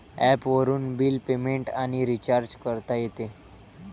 ॲपवरून bill payment आणि recharge करता येते